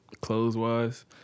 clothes-wise